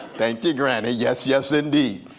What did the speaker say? thank you, granny. yes, yes indeed.